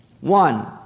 One